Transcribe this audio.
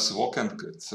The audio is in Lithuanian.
suvokiant kad